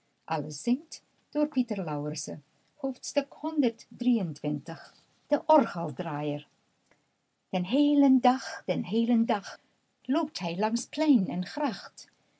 is de orgeldraaier den heelen dag den heelen dag loopt hij langs plein en gracht